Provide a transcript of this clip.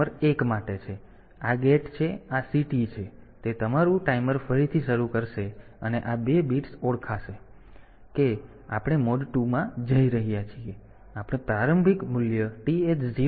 તેથી તે તમારું ટાઈમર ફરી શરૂ કરશે અને આ 2 બિટ્સ ઓળખશે કે આપણે મોડ 2 માટે જઈ રહ્યા છીએ પછી આપણે પ્રારંભિક મૂલ્ય TH 0 માં સેટ કરવું પડશે